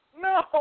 No